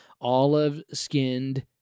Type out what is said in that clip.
olive-skinned